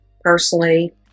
personally